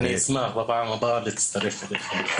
אני אשמח בפעם הבאה להצטרף אליכם.